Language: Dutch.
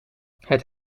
het